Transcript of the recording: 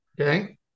okay